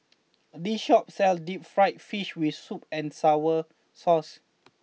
this shop sells Deep Fried Fish with Sweet and Sour Sauce